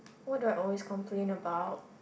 what do I always complain about